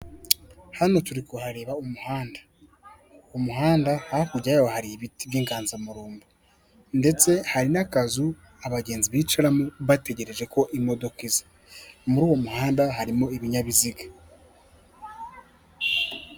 Hano turi kuhareba umuhanda umuhanda hakurya yawo hari ibiti by'inganzamarumbo ndetse hari n'akazu abagenzi bicaramo bategereje ko imodoka muri uwo muhanda harimo ibinyabiziga.